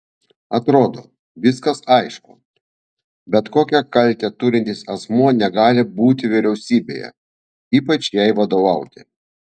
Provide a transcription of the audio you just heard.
atrodo viskas aišku bet kokią kaltę turintis asmuo negali būti vyriausybėje ypač jai vadovauti